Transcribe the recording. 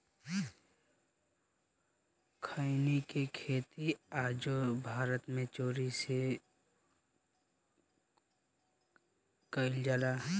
खईनी के खेती आजो भारत मे चोरी से कईल जाला